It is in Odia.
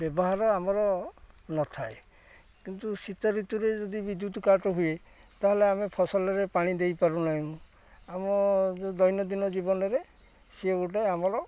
ବ୍ୟବହାର ଆମର ନ ଥାଏ କିନ୍ତୁ ଶୀତଋତୁରେ ଯଦି ବିଦ୍ୟୁତ କାଟ୍ ହୁଏ ତା'ହେଲେ ଆମେ ଫସଲରେ ପାଣି ଦେଇପାରୁ ନାହିଁ ଆମ ଯେଉଁ ଦୈନନ୍ଦିନ ଜୀବନରେ ସିଏ ଗୋଟେ ଆମର